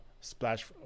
splash